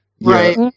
Right